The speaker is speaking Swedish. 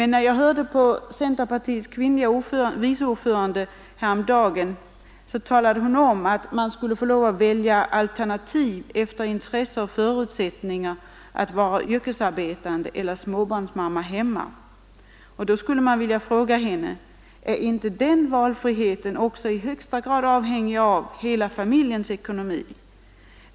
När jag hörde på centerpartiets kvinnliga vice ordförande häromdagen, talade hon om att man skulle få välja alternativ efter intresse och förutsättningar mellan att vara yrkesarbetande eller småbarnsmamma hemma. Jag vill ställa frågan till henne: Är inte den valfriheten också i högsta grad avhängig av hela familjens ekonomi?